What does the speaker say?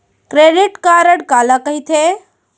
Credit card काला कहिथे?